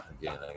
again